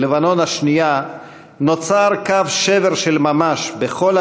במלחמת לבנון השנייה נוצר קו שבר של ממש בכל